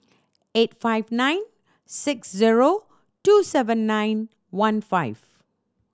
eight five nine six zero two seven nine one five